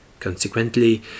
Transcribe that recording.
Consequently